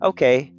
Okay